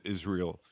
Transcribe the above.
Israel